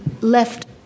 left